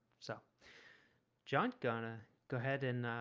so john gonna go ahead and